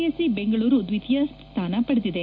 SC Bengaluru ದ್ವಿತೀಯ ಸ್ಥಾನದಲ್ಲಿದೆ